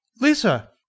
Lisa